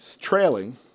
trailing